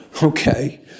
Okay